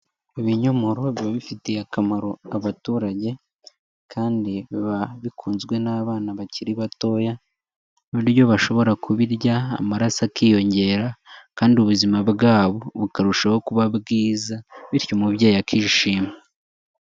Ibinyomoro biba bifitiye akamaro abaturage kandi biba bikunzwe n'abana bakiri batoya, ku buryo bashobora kubirya amaraso akiyongera kandi ubuzima bwabo bukarushaho kuba bwiza bityo umubyeyi akishima.